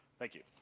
thank you.